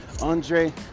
andre